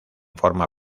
forma